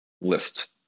list